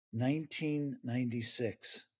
1996